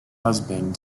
husband